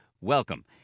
welcome